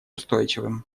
устойчивым